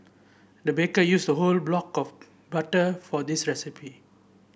the baker used a whole block of butter for this recipe